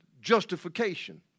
justification